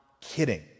kidding